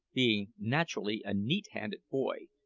being naturally a neat-handed boy,